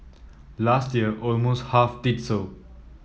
last year almost half did so